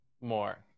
more